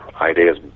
ideas